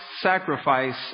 sacrifice